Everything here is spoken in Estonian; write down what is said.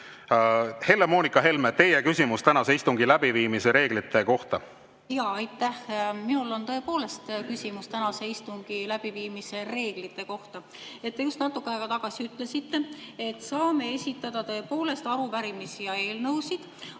Helle-Moonika Helme, teie küsimus tänase istungi läbiviimise reeglite kohta. Aitäh! Minul on tõepoolest küsimus tänase istungi läbiviimise reeglite kohta. Te just natuke aega tagasi ütlesite, et saame esitada arupärimisi ja eelnõusid.